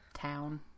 town